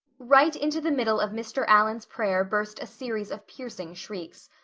right into the middle of mr. allan's prayer burst a series of piercing shrieks.